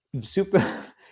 Super